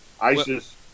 ISIS